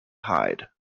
hide